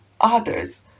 others